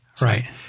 Right